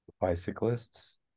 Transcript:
bicyclists